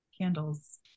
candles